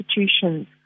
institutions